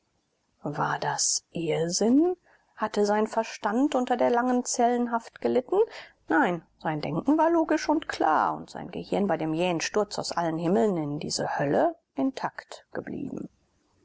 war das irrsinn hatte sein verstand unter der langen zellenhaft gelitten nein sein denken war logisch und klar und sein gehirn bei dem jähen sturz aus allen himmeln in diese hölle intakt geblieben